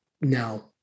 no